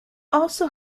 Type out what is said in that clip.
also